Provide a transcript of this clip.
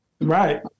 Right